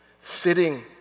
Sitting